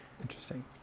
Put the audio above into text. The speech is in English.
Interesting